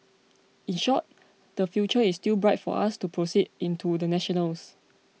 in short the future is still bright for us to proceed into the national's